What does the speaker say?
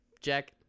Jack